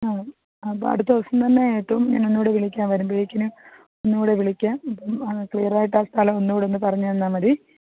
ആ അപ്പോൾ അടുത്ത ദിവസം തന്നെ ഞാന് ഒന്നൂടെ വിളിക്കാം വരുമ്പഴേക്കിനും ഒന്നൂടെ വിളിക്കാം അപ്പം ആ ക്ലിയറായിട്ട് സ്ഥലം ഒന്നൂടൊന്ന് പറഞ്ഞ് തന്നാൽ മതി